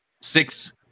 six